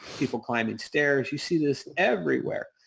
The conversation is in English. people climbing stairs. you see this everywhere.